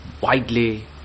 widely